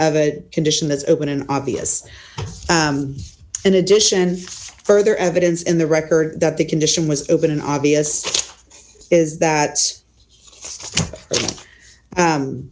of a condition that's open and obvious in addition further evidence in the record that the condition was open in obvious is that